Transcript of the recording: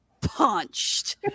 punched